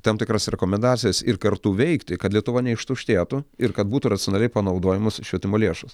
tam tikras rekomendacijas ir kartu veikti kad lietuva neištuštėtų ir kad būtų racionaliai panaudojamos švietimo lėšos